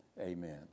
amen